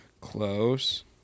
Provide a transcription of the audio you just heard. Close